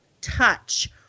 touch